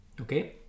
Okay